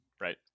Right